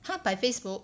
!huh! by Facebook